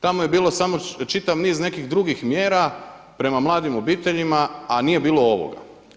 Tamo je bilo samo čitav niz drugih mjera prema mladim obiteljima, a nije bilo ovoga.